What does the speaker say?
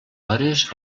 hores